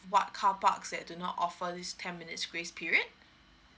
what carparks that do not offer this ten minutes grace period